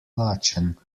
lačen